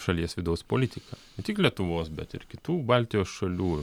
šalies vidaus politika ne tik lietuvos bet ir kitų baltijos šalių